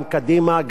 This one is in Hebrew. גם קדימה,